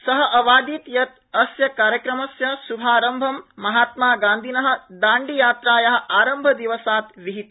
स अवादीत् यत् अस्य कार्यक्रमस्य शुभारम्भ महात्मा गान्धिन दाण्डी यात्राया आरम्भदिवसात् विहित